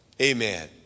Amen